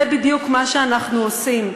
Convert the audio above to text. זה בדיוק מה שאנחנו עושים.